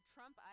Trump